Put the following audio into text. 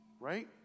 right